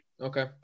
Okay